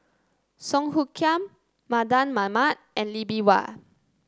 Song Hoot Kiam Mardan Mamat and Lee Bee Wah